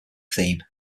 theme